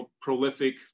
prolific